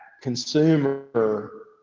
consumer